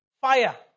Fire